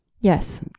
Yes